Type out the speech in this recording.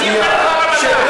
שימשיך בלי שר.